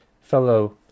fellow